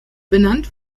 benannt